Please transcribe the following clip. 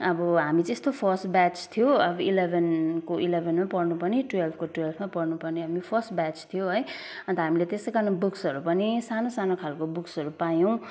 अब हामी चाहिँ यस्तो फर्स्ट ब्याच थियो अब इलेभेनको इलेभेनमै पढ्नु पर्ने टुवेल्भको टुवेल्भमै पढ्नु पर्ने हामी फर्स्ट ब्याच थियौँ है अन्त हामीले त्यसै कारण बुक्सहरू पनि सानो सानो खालको बुक्सहरू पायौँ